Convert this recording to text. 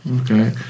Okay